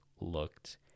looked